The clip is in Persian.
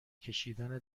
کشیدن